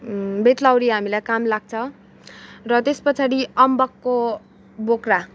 बेतलौरी हामीलाई काम लाग्छ र त्यस पछाडि अम्बकको बोक्रा